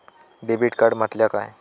Debit card म्हटल्या काय?